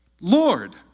Lord